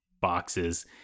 boxes